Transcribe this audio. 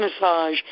massage